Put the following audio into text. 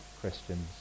Christians